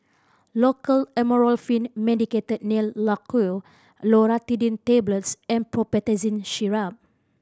Loceryl Amorolfine Medicated Nail Lacquer Loratadine Tablets and Promethazine Syrup